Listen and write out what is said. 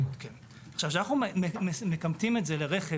כשאנחנו מכמתים את זה לרכב,